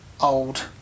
old